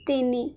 ତିନି